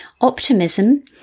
optimism